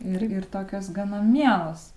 ir ir tokios gana mielos